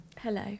Hello